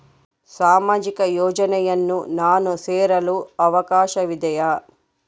ಸಾಮಾಜಿಕ ಯೋಜನೆಯನ್ನು ನಾನು ಸೇರಲು ಅವಕಾಶವಿದೆಯಾ?